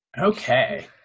Okay